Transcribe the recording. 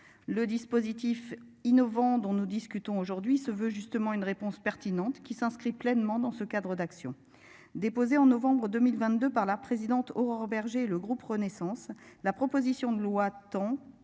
Le dispositif innovant dont nous discutons aujourd'hui se veut justement une réponse pertinente qui s'inscrit pleinement dans ce cadre d'action déposée en novembre 2022 par la présidente, Aurore Bergé, le groupe Renaissance. La proposition de loi ton